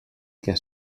què